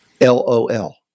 L-O-L